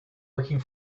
working